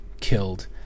killed